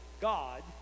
God